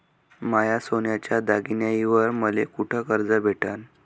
माया सोन्याच्या दागिन्यांइवर मले कुठे कर्ज भेटन?